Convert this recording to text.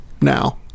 now